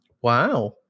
Wow